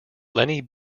lenny